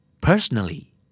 Personally